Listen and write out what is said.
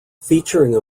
featuring